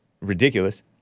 Ridiculous